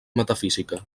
metafísica